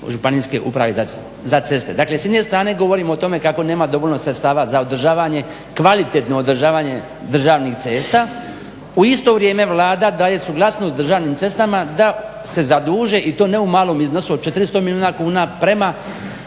županijske uprave za ceste. Dakle s jedne strane govorimo o tome kako nema dovoljno sredstava za održavanje, kvalitetno održavanje državnih cesta. U isto vrijeme Vlada daje suglasnost Državnim cestama da se zaduže i to ne u malom iznosu od 400 milijuna kuna prema